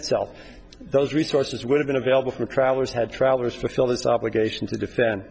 itself those resources would have been available for travelers had travelers feel this obligation to defend